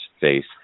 face